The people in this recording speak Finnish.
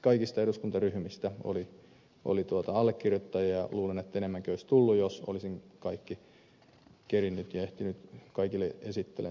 kaikista eduskuntaryhmistä oli allekirjoittajia ja luulen että enemmänkin olisi tullut jos olisin ehtinyt kaikille esittelemään sen asian